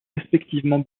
respectivement